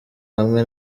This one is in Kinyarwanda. hamwe